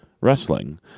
wrestling